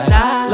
Side